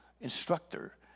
instructor